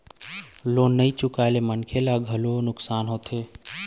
loan ल नइ चुकाए ले मनखे ल घलोक नुकसानी होथे